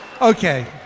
Okay